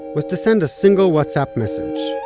was to send a single whatsapp message.